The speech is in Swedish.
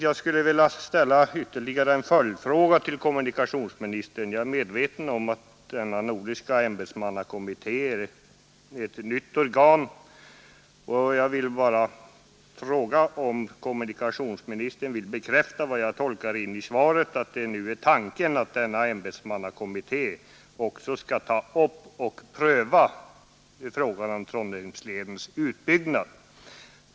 Jag skulle vilja till kommunikationsministern ställa en följdfråga. Jag är medveten om att den nordiska ämbetsmannakommittén är ett nytt organ. Jag vill bara fråga, om kommunikationsministern vill bekräfta vad jag tolkar in i svaret, att tanken är att denna ämbetsmannakommitté också skall pröva frågan om Trondheimsledens utbyggnad.